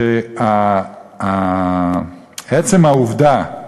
שעצם העובדה,